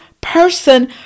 person